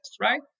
right